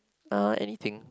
uh anything